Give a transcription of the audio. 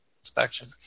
inspection